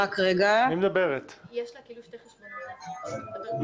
צביקה כהן הודיע שהוא לא מרגיש טוב ולכן לא יוכל לעלות בזום.